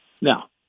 Now